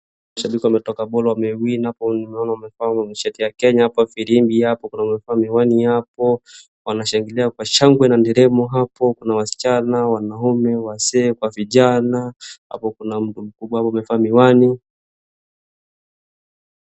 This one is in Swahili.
Mashabiki wametoka ball[cs[ wame win hapo nimeona wamevaa shati ya Kenya hapo, firimbi hapo kuna mwenye amevaa miwani hapo. Wanashangilia kwa shangwe na nderemo hapo. Kuna wasichana, wanaume, wazee kwa vijana. Hapo kuna mtu mkubwa hapo amevaa miwani.